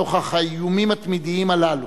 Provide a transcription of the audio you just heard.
נוכח האיומים התמידיים הללו.